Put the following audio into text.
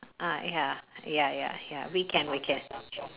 ah ya ya ya ya we can we can